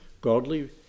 godly